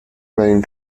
main